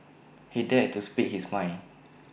he dared to speak his mind